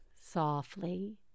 softly